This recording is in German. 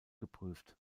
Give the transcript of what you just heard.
geprüft